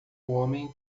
homem